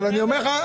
אבל אני אומר לך,